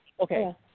Okay